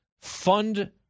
fund